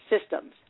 systems